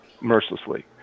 mercilessly